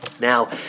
Now